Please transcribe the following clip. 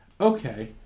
okay